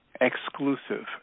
exclusive